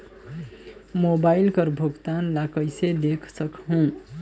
Mobile कर भुगतान ला कइसे देख सकहुं?